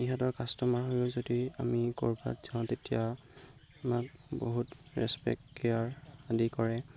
ইহঁতৰ কাষ্টমাৰ হৈয়ো যদি আমি ক'ৰবাত যাওঁ তেতিয়া আমাক বহুত ৰেচপেক্ট কেয়াৰ আদি কৰে